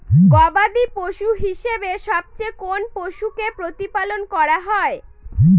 গবাদী পশু হিসেবে সবচেয়ে কোন পশুকে প্রতিপালন করা হয়?